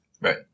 Right